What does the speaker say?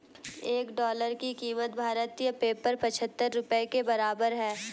एक डॉलर की कीमत भारतीय पेपर पचहत्तर रुपए के बराबर है